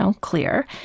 clear